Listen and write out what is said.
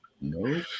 No